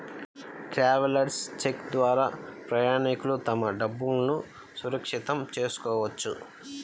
travellers cheque ద్వారా ప్రయాణికులు తమ డబ్బులును సురక్షితం చేసుకోవచ్చు